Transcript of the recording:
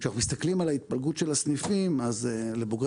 כשאנחנו מסתכלים על ההתפלגות של הסניפים אז לבוגרי